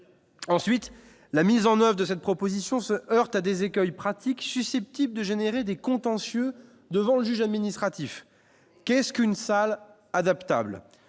ensuite la mise en oeuvre de cette proposition se heurte à des écueils pratiques susceptibles de générer des contentieux devant le juge administratif qu'est-ce qu'une salle adaptable